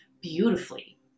beautifully